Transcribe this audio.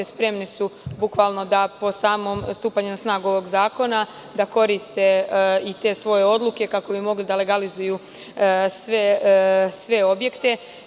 Spremni su bukvalno da po samom stupanju na snagu ovog zakona da koriste i te svoje odluke kako bi mogli da legalizuju sve objekte.